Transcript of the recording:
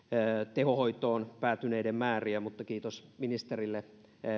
tehohoitoon päätyneiden määriä mutta kiitos ministerille